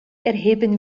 erheben